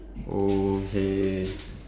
okay